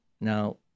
Now